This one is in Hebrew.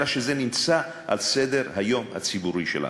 אלא כי זה נמצא על סדר-היום הציבורי שלנו.